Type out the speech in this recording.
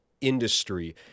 industry